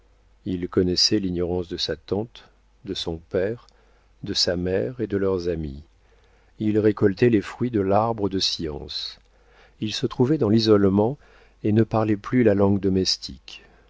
il connaissait l'ignorance de sa tante de son père de sa mère et de leurs amis il récoltait les fruits de l'arbre de la science il se trouvait dans l'isolement et ne parlait plus la langue domestique